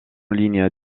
ligne